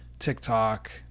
tiktok